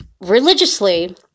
religiously